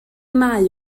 mae